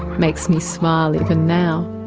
makes me smile even now.